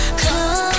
come